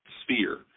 sphere